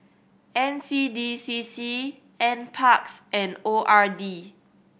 N C D C C Nparks and O R D